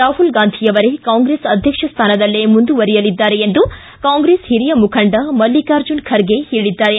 ರಾಹುಲ್ ಗಾಂಧಿ ಅವರೇ ಕಾಂಗ್ರೆಸ್ ಅಧ್ವಕ್ಷ ಸ್ಥಾನದಲ್ಲಿ ಮುಂದುವರಿಯಲಿದ್ದಾರೆ ಎಂದು ಕಾಂಗ್ರೆಸ್ ಹಿರಿಯ ಮುಖಂಡ ಮಲ್ಲಿಕಾರ್ಜುನ್ ಖರ್ಗೆ ಹೇಳಿದ್ದಾರೆ